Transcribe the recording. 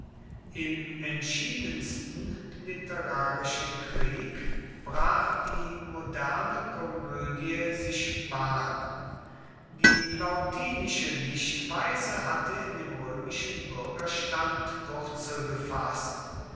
im entschiedensten literarischen krieg brach die moderne komödie sich bahn die plautinische dichtweise hatte in dem römischen bürgerstand wurzel gefaßt